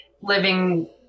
living